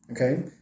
okay